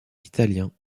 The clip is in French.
italien